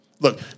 Look